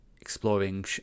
exploring